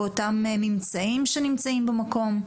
באותם ממצאים שנמצאים במקום?